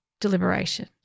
deliberation